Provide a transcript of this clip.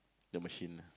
the machine